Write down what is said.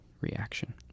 reaction